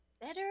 Better